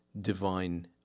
divine